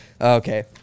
Okay